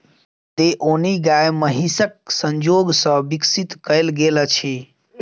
देओनी गाय महीसक संजोग सॅ विकसित कयल गेल अछि